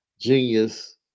genius